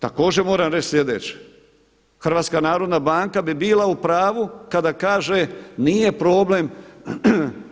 Također moram reći sljedeće, HNB bi bila u pravu kada kaže, nije problem